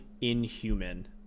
inhuman